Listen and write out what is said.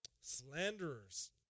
slanderers